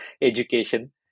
education